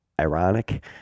ironic